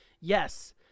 Yes